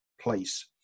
place